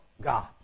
God